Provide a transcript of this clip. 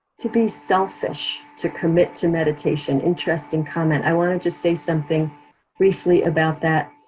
to be selfish, to commit to meditation, interesting comment. i wanna just say something briefly about that.